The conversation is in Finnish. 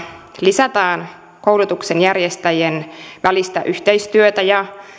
lisätään koulutuksen järjestäjien välistä yhteistyötä ja